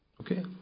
Okay